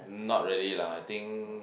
not really lah I think